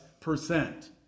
percent